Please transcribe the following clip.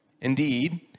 Indeed